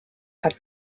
hat